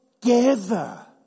together